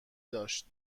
داشت